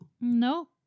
no